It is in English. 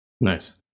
Nice